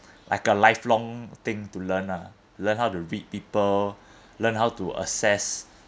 like a lifelong thing to learn ah learn how to read people learn how to assess